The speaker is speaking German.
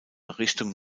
errichtung